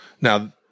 Now